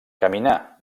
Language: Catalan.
caminar